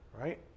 right